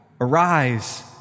Arise